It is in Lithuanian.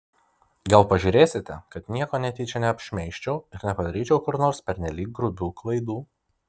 gal pažiūrėsite kad nieko netyčia neapšmeižčiau ir nepadaryčiau kur nors pernelyg grubių klaidų